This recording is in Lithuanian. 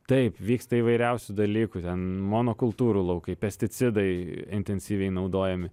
taip vyksta įvairiausių dalykų ten monokultūrų laukai pesticidai intensyviai naudojami